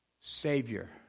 Savior